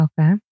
Okay